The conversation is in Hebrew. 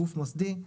גוף מוסדי,